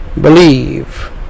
Believe